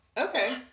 Okay